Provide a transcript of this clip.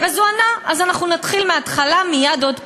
הוא ענה: אז אנחנו נתחיל מההתחלה מייד עוד הפעם.